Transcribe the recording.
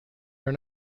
are